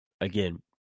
again